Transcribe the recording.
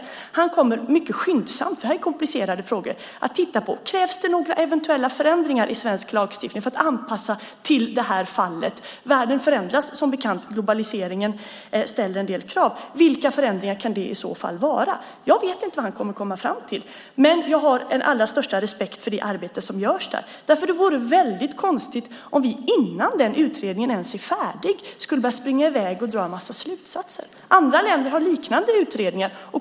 Stråth kommer mycket skyndsamt att titta på - det här är komplicerade frågor - om det eventuellt krävs förändringar i svensk lagstiftning för att anpassa till det här fallet. Världen förändras som bekant - globaliseringen ställer en del krav. Vilka förändringar det i så fall kan vara vet inte jag. Jag vet inte vad Stråth kommer fram till. Men jag har den allra största respekt för det arbete som där görs. Det vore väldigt konstigt om vi innan utredningen ens är färdig skulle springa i väg och dra en massa slutsatser. Andra länder har liknande utredningar.